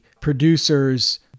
producers